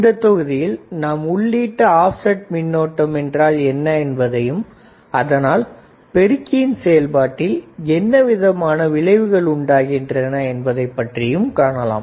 இந்த தொகுதியில் நாம் உள்ளீட்டு ஆப்செட் மின்னோட்டம் என்றால் என்ன என்பதையும் அதனால் பெருக்கியின் செயல்பாட்டில் என்ன விதமான விளைவுகள் உண்டாகின்றன என்பதைப் பற்றியும் காணலாம்